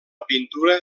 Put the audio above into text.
pintura